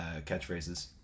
catchphrases